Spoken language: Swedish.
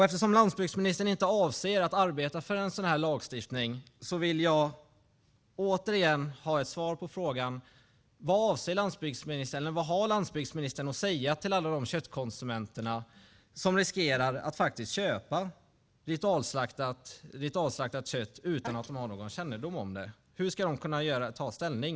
Eftersom landsbygdsministern inte avser att arbeta för en sådan här lagstiftning vill jag återigen ha ett svar på frågan: Vad har landsbygdsministern att säga till alla de köttkonsumenter som riskerar att köpa ritualslaktat kött utan att de har någon kännedom om det? Hur ska de kunna ta ställning?